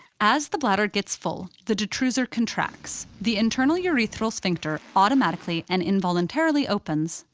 as the bladder gets full, the detrusor contracts. the internal urethral sphincter automatically and involuntarily opens,